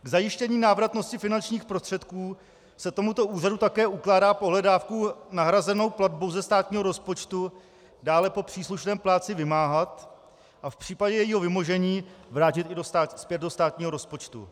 K zajištění návratnosti finančních prostředků se tomuto úřadu také ukládá pohledávku nahrazenou platbou ze státního rozpočtu dále po příslušném plátci vymáhat a v případě jejího vymožení vrátit ji zpět do státního rozpočtu.